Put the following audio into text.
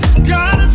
God